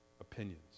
opinions